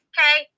Okay